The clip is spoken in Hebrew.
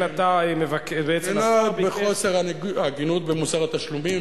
אתה בעצם מבקש ----- לחוסר הגינות במוסר התשלומים.